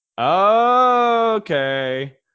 okay